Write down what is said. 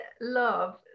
love